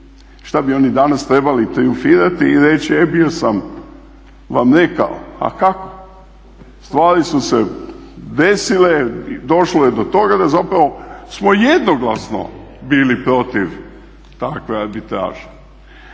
Šta bi oni danas trebali trijumfirati i reći e bio sam vam … a kako. Stvari su se desile, došlo je do toga da zapravo smo jednoglasno bili protiv takve arbitraže.